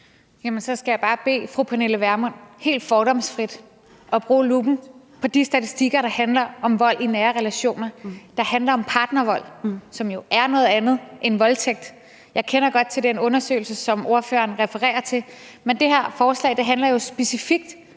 så skal jeg bare bede fru Pernille Vermund om helt fordomsfrit at bruge luppen på de statistikker, der handler om vold i nære relationer, partnervold, som jo er noget andet end voldtægt. Jeg kender godt til den undersøgelse, som ordføreren refererer til, men det her forslag handler jo specifikt